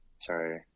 sorry